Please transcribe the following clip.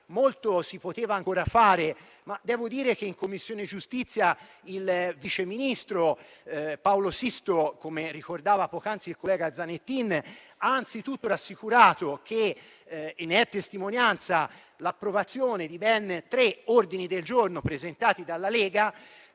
molto si poteva ancora fare, ma devo dire che in Commissione giustizia il vice ministro Paolo Sisto, come ricordava poc'anzi il collega Zanettin, ha anzitutto rassicurato - e ne è testimonianza l'approvazione di ben tre ordini del giorno presentati dalla Lega